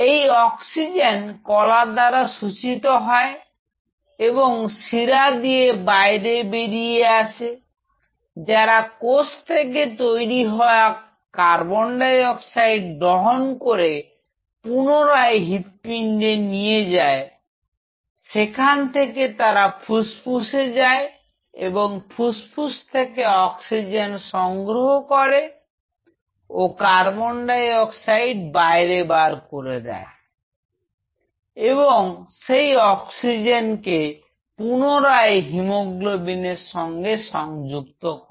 এই অক্সিজেন কলা দ্বারা শোষিত হয় এবং শিরা দিয়ে বাইরে বেরিয়ে আসে যারা কোষ থেকে তৈরি হওয়া কার্বন ডাই অক্সাইড গ্রহণ করে পুনরায় হৃদপিন্ডের নিয়ে যায় সেখান থেকে তা ফুসফুসে যায় এবং ফুসফুস থেকে অক্সিজেন সংগ্রহ করে ও কার্বন ডাই অক্সাইড বাইরে বার করে দেয় এবং সেই অক্সিজেন কে পুনরায় হিমোগ্লোবিনের সঙ্গে সংযুক্ত করে